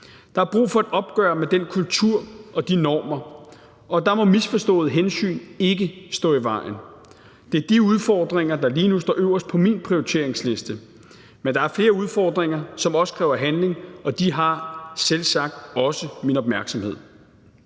Der er brug for et opgør med den kultur og de normer, og der må misforståede hensyn ikke stå i vejen. Det er de udfordringer, der lige nu står øverst på min prioriteringsliste, men der er flere udfordringer, som også kræver handling, og de har selvsagt også min opmærksomhed.